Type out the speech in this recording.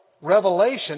revelation